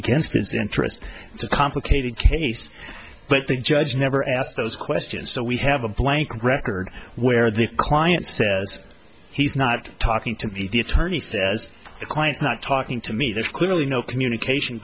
a complicated case but the judge never asked those questions so we have a blank record where the client says he's not talking to me the attorney says the client's not talking to me there's clearly no communication